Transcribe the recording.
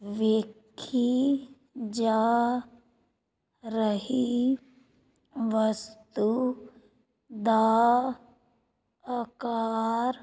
ਵੇਖੀ ਜਾ ਰਹੀ ਵਸਤੂ ਦਾ ਆਕਾਰ